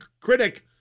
critic